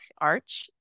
arch